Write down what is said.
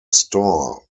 store